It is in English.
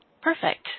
Perfect